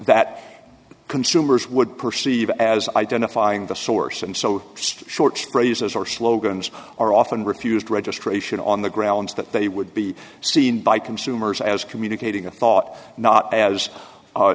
that consumers would perceive as identifying the source and so just short phrases or slogans are often refused registration on the grounds that they would be seen by consumers as communicating a thought not as